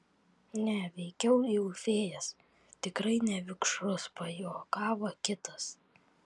ne veikiau jau fėjas tikrai ne vikšrus pajuokavo kitas